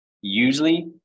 usually